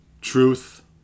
truth